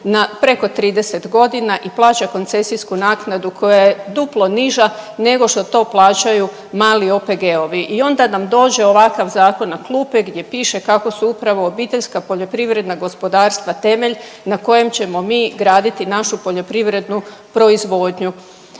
preko 30 godina i plaća koncesijsku naknadu koja je duplo niža nego što to plaćaju mali OPG-ovi. I onda nam dođe ovakav zakon na klupe gdje piše kako su upravo obiteljska poljoprivredna gospodarstva temelj na kojem ćemo mi graditi našu poljoprivrednu proizvodnju.